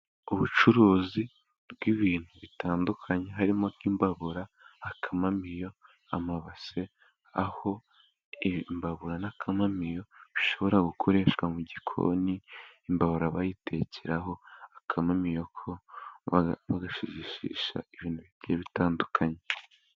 Ubucuruzi bw'ibintu bitandukanye harimo: nk'imbabura, akamamiyo, amabase, aho imbabura n'akamamiyo bishobora gukoreshwa mu gikoni. Imbaburara bayitekaho, akamamiyoko bagashiriishamo ibintu bigiye bitandukanye.